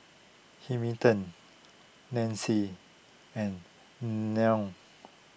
Hamilton Nacey and Nell